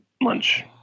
lunch